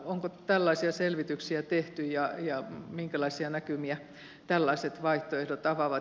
onko tällaisia selvityksiä tehty ja minkälaisia näkymiä tällaiset vaihtoehdot avaavat